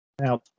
Now